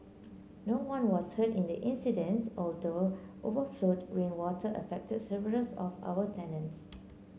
no one was hurt in the incident although overflowed rainwater affected several of our tenants